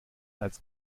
als